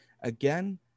Again